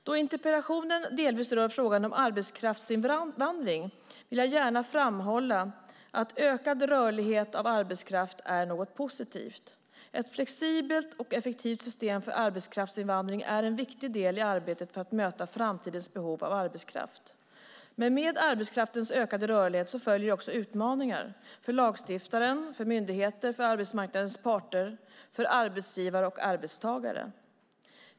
Då interpellationen delvis rör frågan om arbetskraftsinvandring vill jag gärna framhålla att ökad rörlighet av arbetskraft är något positivt. Ett flexibelt och effektivt system för arbetskraftsinvandring är en viktig del i arbetet för att möta framtidens behov av arbetskraft. Men med arbetskraftens ökade rörlighet följer också utmaningar: för lagstiftaren, för myndigheter, för arbetsmarknadens parter, för arbetsgivare och arbetstagare.